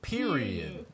Period